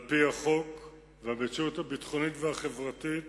על-פי החוק והמציאות הביטחונית והחברתית